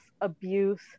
abuse